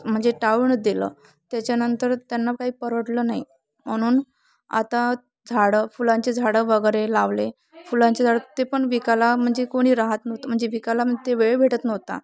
म्हणजे टाळूनच दिलं त्याच्यानंतर त्यांना काही परवडलं नाही म्हणून आता झाडं फुलांचे झाडं वगैरे लावले फुलांचे झाडं ते पण विकायला म्हणजे कोणी राहात नव्हतं म्हणजे विकायला मग ते वेळ भेटत नव्हता